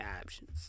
options